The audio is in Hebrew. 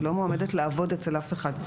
היא לא מועמדת לעבוד אצל אף אחד.